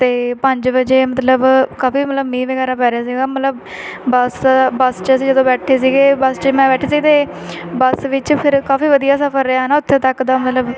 ਅਤੇ ਪੰਜ ਵਜੇ ਮਤਲਬ ਕਾਫੀ ਮਤਲਬ ਮੀਂਹ ਵਗੈਰਾ ਪੈ ਰਿਹਾ ਸੀਗਾ ਮਤਲਬ ਬੱਸ ਬੱਸ 'ਚ ਅਸੀਂ ਜਦੋਂ ਬੈਠੇ ਸੀਗੇ ਬੱਸ 'ਚ ਮੈਂ ਬੈਠੀ ਸੀ ਅਤੇ ਬੱਸ ਵਿੱਚ ਫਿਰ ਕਾਫੀ ਵਧੀਆ ਸਫਰ ਰਿਹਾ ਨਾ ਉੱਥੇ ਤੱਕ ਦਾ ਮਤਲਬ